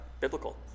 Biblical